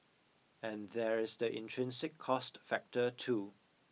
and there is the intrinsic cost factor too